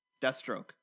Deathstroke